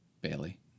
Bailey